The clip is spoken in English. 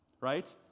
right